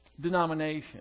denomination